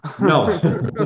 no